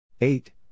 eight